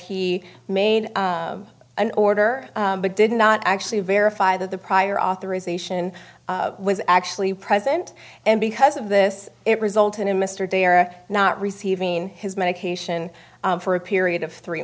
he made an order but did not actually verify that the prior authorization was actually present and because of this it resulted in mr de or not receiving his medication for a period of three